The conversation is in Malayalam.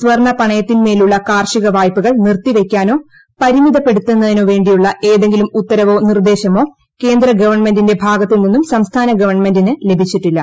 സ്വർണ പണയത്തിന്മേലുള്ള കാർഷിക വായ്പകൾ നിർത്തിവയ്ക്കാനോ പരിമിതപ്പെടുത്തുന്നതിനോ വേണ്ടിയുള്ള ഏതെങ്കിലും ഉത്തരവോ നിർദ്ദേശമോ കേന്ദ്ര ഗവൺമെന്റിന്റെ ഭാഗത്തുനിന്നും സംസ്ഥാന ഗവൺമെന്റിന് ലഭിച്ചിട്ടില്ല